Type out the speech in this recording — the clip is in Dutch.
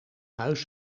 huis